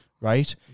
right